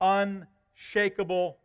unshakable